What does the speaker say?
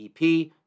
EP